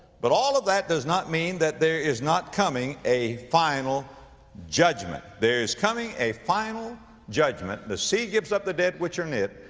but all of that does not mean that there is not coming a final judgment. there is coming a final judgment. the sea gives up the dead which are in it.